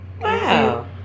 Wow